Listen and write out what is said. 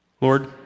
Lord